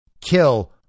kill